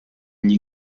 gli